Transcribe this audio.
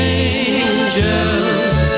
angels